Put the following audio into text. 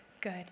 good